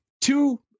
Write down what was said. two